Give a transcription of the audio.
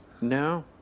No